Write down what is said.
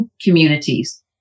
communities